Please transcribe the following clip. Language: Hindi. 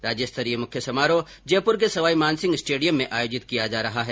राज्य स्तरीय मुख्य समारोह जयप्र के सवाई मानसिंह स्टेडियम में आयोजित किया जा रहा है